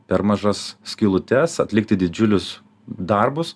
per mažas skylutes atlikti didžiulius darbus